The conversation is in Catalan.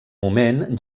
moment